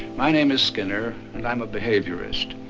my name is skinner and i'm a behaviourist.